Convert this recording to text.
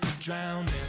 Drowning